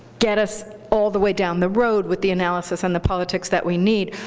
get us all the way down the road with the analysis and the politics that we need.